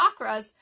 chakras